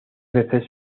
veces